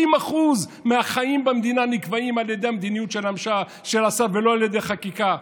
90% מהחיים במדינה נקבעים על ידי המדיניות של השר ולא על ידי חקיקה.